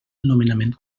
nomenament